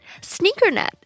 Sneakernet